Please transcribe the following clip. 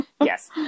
Yes